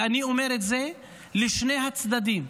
ואני אומר את זה לשני הצדדים.